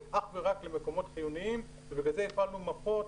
אך ורק למקומות חיוניים ולכן הפעלנו מפות,